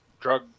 drug